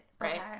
Right